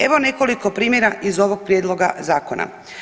Evo nekoliko primjera iz ovog prijedloga zakona.